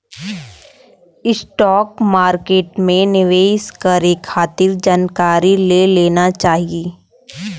stock market में निवेश करे खातिर जानकारी ले लेना चाही